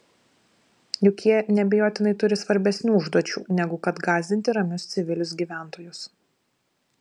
juk jie neabejotinai turi svarbesnių užduočių negu kad gąsdinti ramius civilius gyventojus